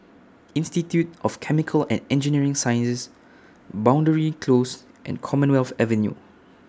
Institute of Chemical and Engineering Sciences Boundary Close and Commonwealth Avenue